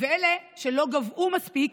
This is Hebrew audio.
ואלה שלא גבהו מספיק